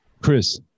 Chris